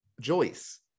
Joyce